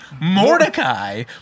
Mordecai